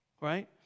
right